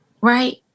right